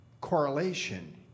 correlation